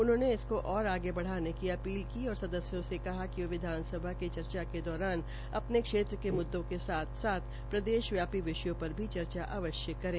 उन्होंने इसको और आगे बढ़ाने की अपील की और सदस्यों से कहा कि विधानसभा के चर्चा के दौरान अपने क्षेत्र के मुद्दों के साथ साथ प्रदेश व्यापी विषयों पर भी चर्चा अवश्य करे